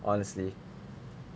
honestly